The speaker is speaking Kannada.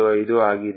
75 ಆಗಿದೆ